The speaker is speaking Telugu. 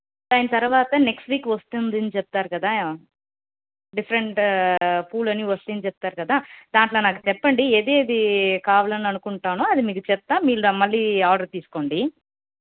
అయిన తరువాత నెక్స్ట్ వీక్ వస్తుందని చెప్పారు కదా డిఫరెంట్ పూలు అన్ని వస్తుందని చెప్పారు కదా దానిలో నాకు చెప్పండి ఏది ఏది కావాలని అనుకుంటానో అది మీకు చెప్తాను మీరు మళ్ళీ ఆర్డర్ తీసుకోండి